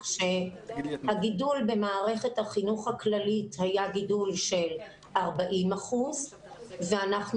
שהגידול במערכת החינוך הכללי היה גידול של 40 אחוזים ואנחנו